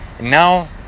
Now